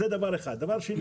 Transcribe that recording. דבר שני,